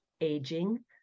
aging